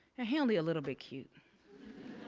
ah he only a little bit cute.